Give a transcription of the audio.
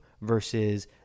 versus